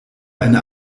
eine